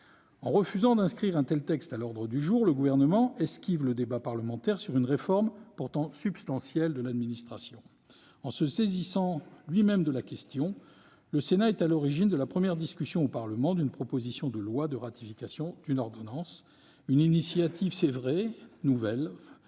l'intention d'inscrire ce texte à l'ordre du jour. Il esquive ainsi le débat parlementaire sur une réforme pourtant substantielle de l'administration. En se saisissant lui-même de la question, le Sénat est à l'origine de la première discussion au Parlement d'une proposition de loi de ratification d'une ordonnance. Une initiative rare, qui